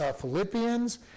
Philippians